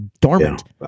dormant